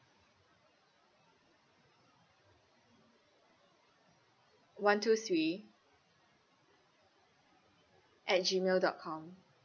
one two three at Gmail dot com